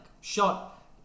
shot